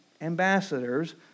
ambassadors